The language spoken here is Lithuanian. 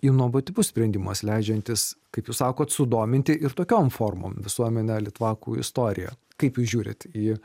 inovatyvus sprendimas leidžiantis kaip jūs sakot sudominti ir tokiom formom visuomenė litvakų istorija kaip jūs žiūrit į